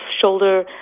shoulder